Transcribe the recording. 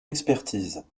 expertise